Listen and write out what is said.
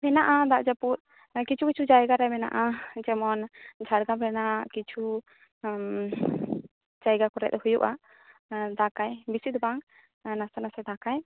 ᱢᱮᱱᱟᱜᱼᱟ ᱫᱟᱜ ᱡᱟᱹᱯᱩᱫ ᱠᱩᱪᱷᱩ ᱠᱤᱪᱷᱩ ᱡᱟᱭᱜᱟ ᱨᱮ ᱢᱮᱱᱟᱜᱼᱟ ᱡᱮᱢᱚᱱ ᱡᱷᱟᱲᱜᱮᱨᱟᱢ ᱨᱮᱱᱟᱜ ᱠᱤᱪᱷᱩ ᱡᱟᱭᱜᱟ ᱠᱚᱨᱮᱫ ᱦᱩᱭᱩᱜᱼᱟ ᱫᱟᱜᱟᱭ ᱵᱚᱥᱤ ᱫᱚ ᱵᱟᱝ ᱱᱟᱥᱮ ᱱᱟᱥᱮ ᱫᱟᱜᱟᱭ